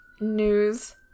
news